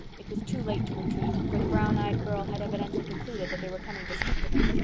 it was too late to retreat, for the brown-eyed girl had evidently concluded that they were coming to speak to her.